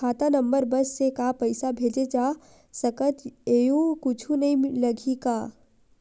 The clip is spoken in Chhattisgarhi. खाता नंबर बस से का पईसा भेजे जा सकथे एयू कुछ नई लगही का?